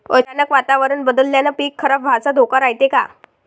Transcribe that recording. अचानक वातावरण बदलल्यानं पीक खराब व्हाचा धोका रायते का?